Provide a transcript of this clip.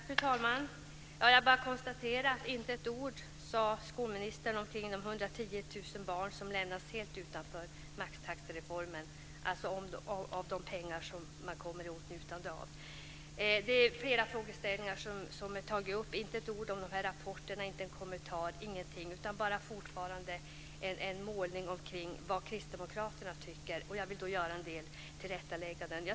Fru talman! Jag konstaterar bara att skolministern inte sade ett ord om de 110 000 barn som lämnas helt utanför maxtaxereformen och som inte kommer i åtnjutande av dessa pengar. Jag tog upp flera frågeställningar och rapporter, men skolministern sade inte ett ord eller gjorde någon kommentar om dem. Han sade ingenting, utan han bara målade upp vad Kristdemokraterna tycker. Jag vill då göra några tillrättalägganden.